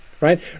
right